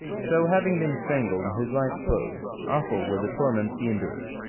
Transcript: so having been strangled, his life closed. awful were the torments he endured!